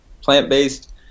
plant-based